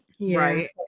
right